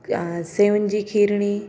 या सेव जी खिरिणी